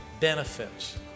benefits